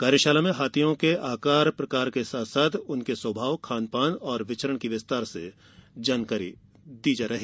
कार्यशाला में हाथियों के आकार प्रकार के साथ उनके स्वभाव खानपान विचरण की विस्तार से जानकारी दी गई